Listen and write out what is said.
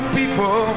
people